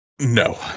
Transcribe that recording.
No